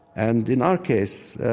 and in our case,